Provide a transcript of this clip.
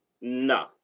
No